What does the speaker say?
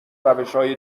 روشهای